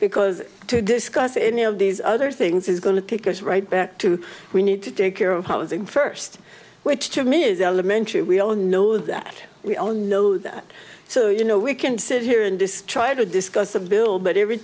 because to discuss any of these other things is going to take us right back to we need to take care of housing first which to me is elementary we all know that we all know that so you know we can sit here in this try to discuss a bill but every